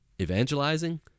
evangelizing